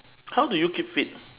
how do you keep fit